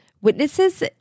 Witnesses